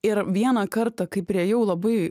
ir vieną kartą kai priėjau labai